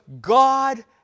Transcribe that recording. God